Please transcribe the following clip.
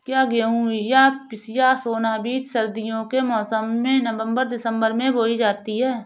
क्या गेहूँ या पिसिया सोना बीज सर्दियों के मौसम में नवम्बर दिसम्बर में बोई जाती है?